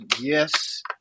yes